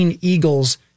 Eagles